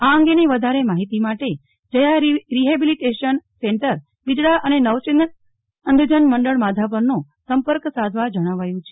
આ અંગેની વધારે માહિતી માટે જયા રિહેબિલિટેશન સેન્ટર બિદડા અને નવચેતન અંધજન મંડળ માધાપરનો સંપર્ક સાધવા જણાવાયું છે